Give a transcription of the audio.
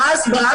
הסברה,